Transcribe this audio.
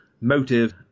Motive